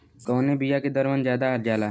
कवने बिया के दर मन ज्यादा जाला?